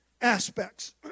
aspects